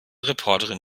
reporterin